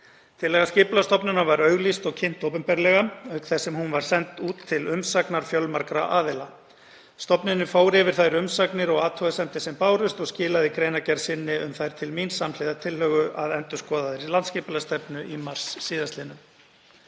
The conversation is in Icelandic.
Tillaga Skipulagsstofnunar var auglýst og kynnt opinberlega auk þess sem hún var send út til umsagnar fjölmargra aðila. Stofnunin fór yfir þær umsagnir og athugasemdir sem bárust og skilaði greinargerð sinni um þær til mín samhliða tillögu að endurskoðaðri landsskipulagsstefnu í mars sl.